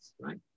right